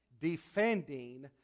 Defending